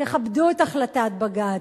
תכבדו את החלטת בג"ץ.